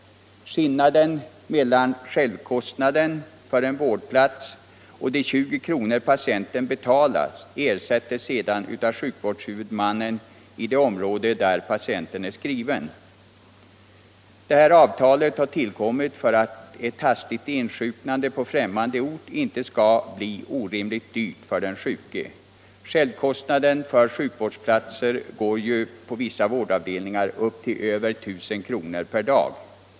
Skillnaden mellan självkostnaden för en vårdplats och de 20 kr. patienten betalar ersätts sedan av sjukvårdshuvudmannen i det område där patienten är skriven. Avtalet har tillkommit för att hastigt insjuknande på främmande ort inte skall bli orimligt dyrt för den sjuke. Självkostnaden för sjukvårdsplatser går på vissa avdelningar upp till över 1 000 kr. per dag.